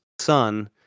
son